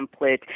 template